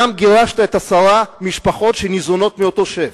גירשת גם עשר משפחות שניזונות מאותו שף.